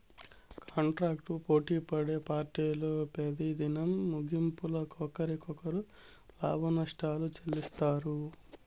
కాంటాక్టులు పోటిపడే పార్టీలు పెతిదినం ముగింపుల ఒకరికొకరు లాభనష్టాలు చెల్లిత్తారు